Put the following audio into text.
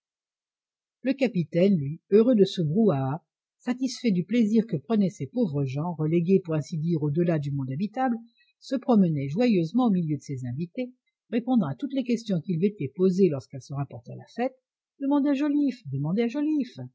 le capitaine lui heureux de ce brouhaha satisfait du plaisir que prenaient ces pauvres gens relégués pour ainsi dire au-delà du monde habitable se promenait joyeusement au milieu de ses invités répondant à toutes les questions qui lui étaient posées lorsqu'elles se rapportaient à la fête demandez à joliffe demandez à joliffe